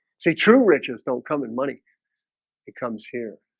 say true riches don't come in money it comes here